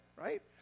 Right